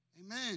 Amen